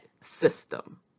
system